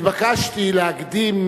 נתבקשתי להקדים,